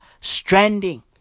stranding